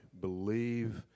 believe